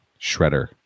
Shredder